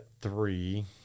three